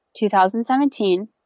2017